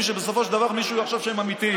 שבסופו של דבר מישהו יחשוב שהם אמיתיים.